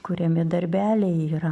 kuriami darbeliai yra